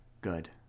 good